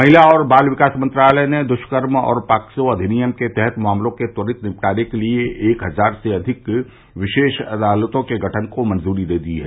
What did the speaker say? महिला और बाल विकास मंत्रालय ने दुष्कर्म और पॉक्सो अधिनियम के तहत मामलों के त्वरित निपटारे के लिए एक हजार से अधिक विशेष अदालतों के गठन को मंजूरी दे दी है